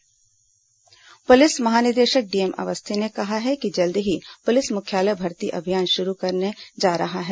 DGP बयान police महानिदेशक DM Awasthi ने कहा है कि जल्द ही पुलिस मुख्यालय भर्ती अभियान शुरू करने जा रहा है